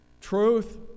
truth